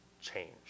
change